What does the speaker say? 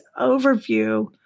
overview